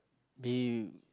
B_U